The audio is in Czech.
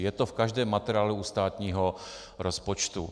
Je to v každém materiálu u státního rozpočtu.